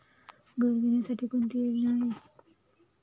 घर घेण्यासाठी कोणती योजना आहे?